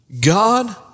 God